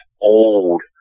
old